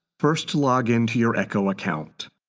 first log in to your eco account.